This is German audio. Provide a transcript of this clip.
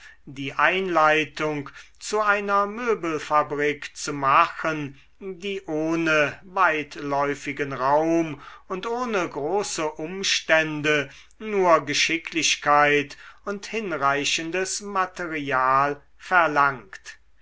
die einleitung zu einer möbelfabrik zu machen die ohne weitläufigen raum und ohne große umstände nur geschicklichkeit und hinreichendes material verlangt